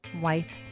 wife